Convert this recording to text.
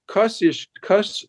kas iš kas